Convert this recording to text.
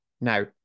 Now